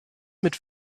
mit